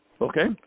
Okay